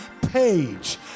page